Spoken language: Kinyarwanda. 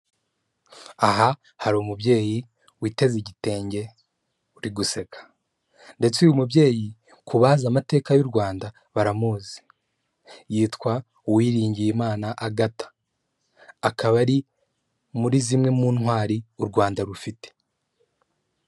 Aha hari umubyeyi witeze igitenge uri guseka ndetse uyu mubyeyi kubazi amateka y'u Rwanda baramuzi yitwa Uwiringiyimana agatha akaba ari muri zimwe mu ntwari u Rwanda rufite.